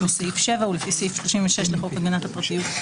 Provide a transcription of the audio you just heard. שבסעיף 7 ולפי סעיף 36 לחוקהגנת הפרטיות,